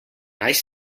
ice